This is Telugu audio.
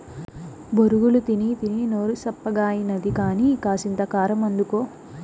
బొరుగులు తినీతినీ నోరు సప్పగాయినది కానీ, కాసింత కారమందుకో